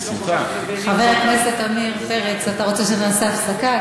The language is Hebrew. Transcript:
חבר הכנסת עמיר פרץ, אתה רוצה שנעשה הפסקה?